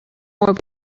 more